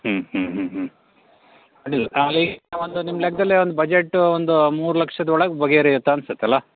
ಹ್ಞೂ ಹ್ಞೂ ಹ್ಞೂ ಹ್ಞೂ ಅಡ್ಡಿಲ್ಲ ಅಲ್ಲಿಗೆ ಒಂದು ನಿಮ್ಮ ಲೆಕ್ಕದಲ್ಲಿ ಒಂದು ಬಜೆಟು ಒಂದು ಮೂರು ಲಕ್ಷದ ಒಳಗೆ ಬಗೆಹರಿಯುತ್ ಅನಿಸುತ್ತಲ್ಲ